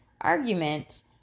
argument